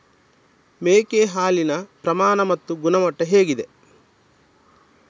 ಮೇಕೆ ಹಾಲಿನ ಪ್ರಮಾಣ ಮತ್ತು ಗುಣಮಟ್ಟ ಹೇಗಿದೆ?